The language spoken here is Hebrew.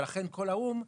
ולכן כל האו"ם הצליח,